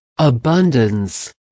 Abundance